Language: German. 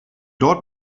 dort